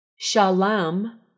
Shalom